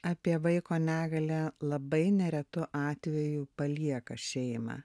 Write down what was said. apie vaiko negalią labai neretu atveju palieka šeimą